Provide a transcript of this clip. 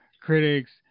critics